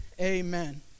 Amen